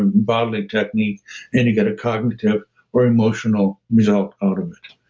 bodily technique and you get a cognitive or emotional result out of it.